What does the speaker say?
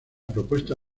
propuesta